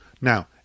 Now